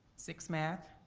six math,